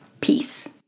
Peace